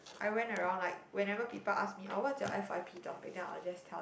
I went around like whenever people ask me oh what's your f_y_p topic then I will just tell